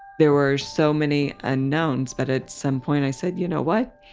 there were so many unknowns but at some point i said, you know what?